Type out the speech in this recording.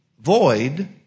void